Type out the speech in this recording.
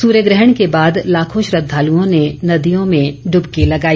सूर्यग्रहण के बाद लाखों श्रद्धालुओं ने नदियों में डुबकी लगाई